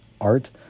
art